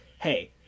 hey